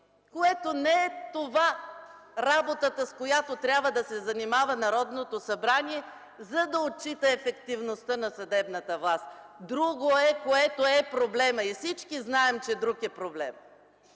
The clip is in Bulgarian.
глави. Не е това работата, с която трябва да се занимава Народното събрание, за да отчита ефективността на съдебната власт. Друго е, което е проблемът. Всички знаем, че друг е проблемът.